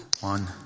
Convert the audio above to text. One